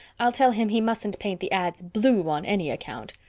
i'll tell him he mustn't paint the ads blue on any account.